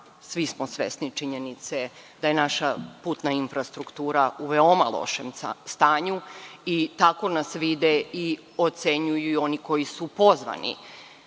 svi smo svesni činjenice da je naša putna infrastruktura u veoma lošem stanju i tako nas vide i ocenjuju oni koji su pozvani